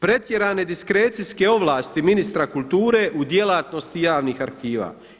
Pretjerane diskrecijske ovlasti ministra kulture u djelatnosti javnih arhiva.